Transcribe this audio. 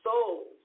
souls